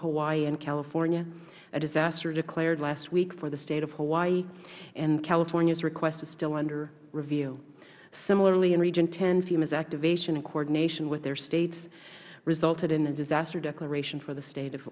hawaii and california a disaster declared last week for the state of hawaii and californias request is still under review similarly in region x femas activation and coordination with their states resulted in a disaster declaration for the state of